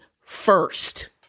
first